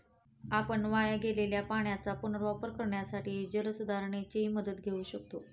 आपण वाया गेलेल्या पाण्याचा पुनर्वापर करण्यासाठी जलसुधारणेची मदत घेऊ शकतो